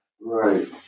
Right